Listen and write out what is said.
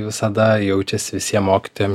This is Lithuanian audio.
visada jaučiasi visiem mokytojam